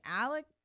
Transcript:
Alec